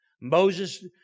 Moses